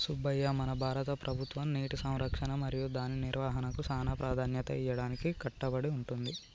సుబ్బయ్య మన భారత ప్రభుత్వం నీటి సంరక్షణ మరియు దాని నిర్వాహనకు సానా ప్రదాన్యత ఇయ్యడానికి కట్టబడి ఉంది